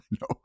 no